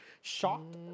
Shocked